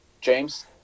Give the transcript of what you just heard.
James